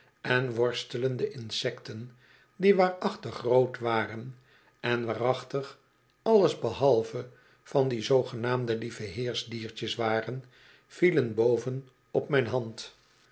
en worstelende insecten die waarachtig rood waren en waarachtig alles behalve van die zoogenaamde lievehcersdiertjes waren vielen boven op mijn hand